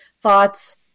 thoughts